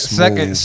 second